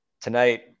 Tonight